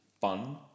fun